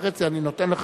ידבר ויציג אותה.